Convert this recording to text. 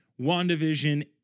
WandaVision